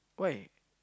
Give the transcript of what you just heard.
why